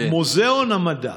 מוזיאון המדע